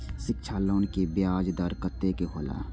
शिक्षा लोन के ब्याज दर कतेक हौला?